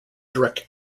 direct